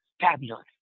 fabulous